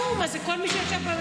ברור, מה זה, כל מי שישב בממשלה.